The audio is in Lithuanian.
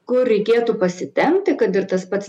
kur reikėtų pasitempti kad ir tas pats